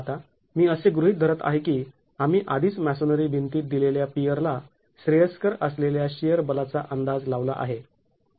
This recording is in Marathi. आता मी असे गृहीत धरत आहे की आम्ही आधीच मॅसोनेरी भिंतीत दिलेल्या पियर ला श्रेयस्कर असलेल्या शिअर बलाचा अंदाज लावला आहे